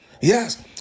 Yes